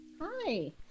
Hi